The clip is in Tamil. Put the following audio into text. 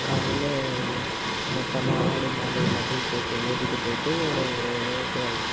காலையிலே உ மொத்தமாக ஆடு மாடு எல்லாத்தையும் சேர்த்து ஓட்டிகிட்டு போய்விட்டு ஒரு ட்வெல்வ்